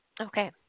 Okay